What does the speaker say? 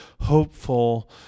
hopeful